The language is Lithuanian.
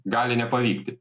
gali nepavykti